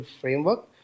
framework